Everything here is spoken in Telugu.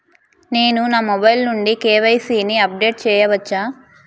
నేను నా మొబైల్ నుండి కే.వై.సీ ని అప్డేట్ చేయవచ్చా?